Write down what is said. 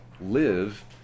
live